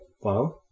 Wow